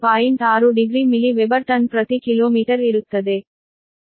6 degree Milli Weber ton ಪ್ರತಿ kilometre ಇರುತ್ತದೆ